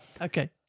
Okay